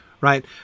right